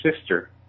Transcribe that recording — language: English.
sister